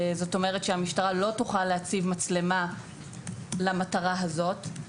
זאת אומרת שהמשטרה לא תוכל להציב מצלמה למטרה הזאת.